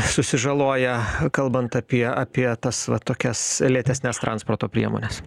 susižaloja kalbant apie apie tas va tokias lėtesnes transporto priemones